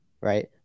right